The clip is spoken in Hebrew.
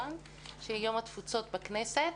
של יום התפוצות בכנסת.